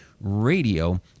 Radio